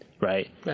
right